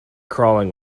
crawling